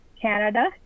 Canada